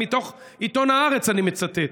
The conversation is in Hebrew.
מתוך עיתון הארץ אני מצטט,